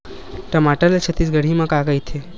टमाटर ला छत्तीसगढ़ी मा का कइथे?